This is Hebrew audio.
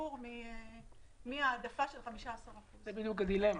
שיעור מהעדפה של 15%. זה בדיוק הדילמה.